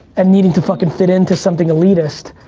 and needing to fuckin' fit into something elitist.